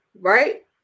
Right